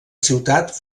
ciutat